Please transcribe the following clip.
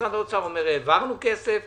משרד האוצר אומר: העברנו כסף,